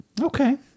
Okay